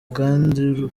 akandi